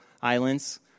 Islands